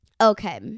Okay